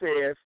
says